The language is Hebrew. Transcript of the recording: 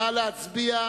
נא להצביע.